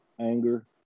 anger